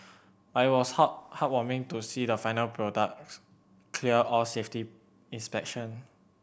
but it was heart heartwarming to see the final product clear all safety inspection